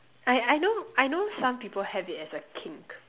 I I know I know some people have it as a kink